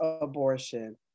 abortion